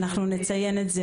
אנחנו נציין את זה,